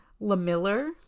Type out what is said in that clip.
LaMiller